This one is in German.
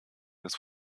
des